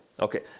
okay